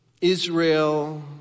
Israel